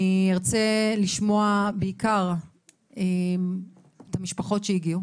אני ארצה לשמוע בעיקר את המשפחות שהגיעו.